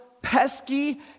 pesky